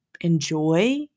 enjoy